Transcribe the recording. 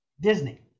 disney